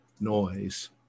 noise